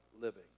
living